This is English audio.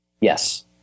Yes